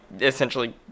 essentially